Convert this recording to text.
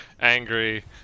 angry